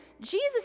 Jesus